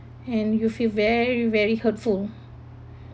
and you feel very very hurtful